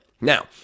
Now